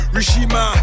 Rishima